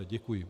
Děkuji.